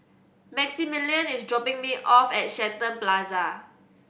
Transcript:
Maximilian is dropping me off at Shenton Plaza